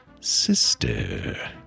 Sister